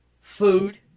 Food